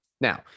Now